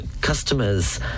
customers